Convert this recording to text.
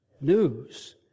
News